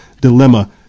dilemma